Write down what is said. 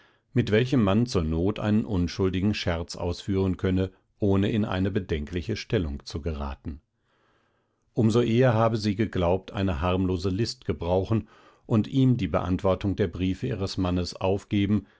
mit welchem man zur not einen unschuldigen scherz ausführen könne ohne in eine bedenkliche stellung zu geraten um so eher habe sie geglaubt eine harmlose list gebrauchen und ihm die beantwortung der briefe ihres mannes aufgeben